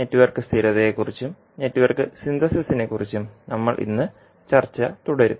network സ്ഥിരതയെക്കുറിച്ചും network സിന്തസിസിനെക്കുറിച്ചും നമ്മൾ ഇന്ന് ചർച്ച തുടരും